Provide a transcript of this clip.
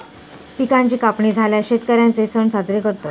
पिकांची कापणी झाल्यार शेतकर्यांचे सण साजरे करतत